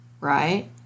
right